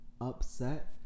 upset